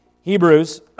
Hebrews